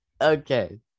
okay